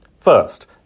First